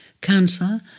Cancer